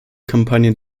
kampagnen